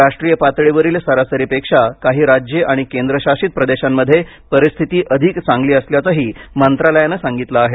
राष्ट्रीय पातळीवरील सरासरीपेक्षा काही राज्ये आणि केंद्र शासित प्रदेशांमध्ये परिस्थिती अधिक चांगली असल्याचंही मंत्रालयानं सांगितलं आहे